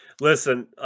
Listen